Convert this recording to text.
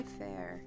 fair